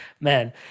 Man